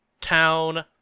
town